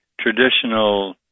traditional